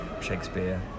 Shakespeare